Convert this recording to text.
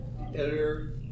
editor